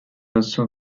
also